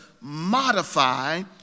modify